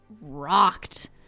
rocked